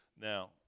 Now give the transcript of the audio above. Now